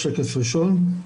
שקף ראשון.